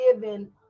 given